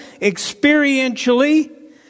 experientially